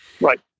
Right